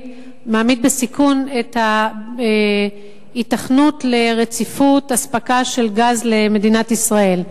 מעמיד בסיכון את ההיתכנות לרציפות אספקה של גז למדינת ישראל.